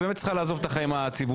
היא באמת צריכה לעזוב את החיים הציבוריים.